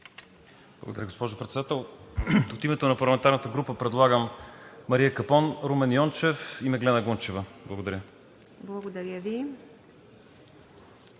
Благодаря, госпожо Председател. От името на парламентарната група предлагам Мария Капон; Румен Йончев и Меглена Гунчева. Благодаря Ви.